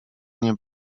nie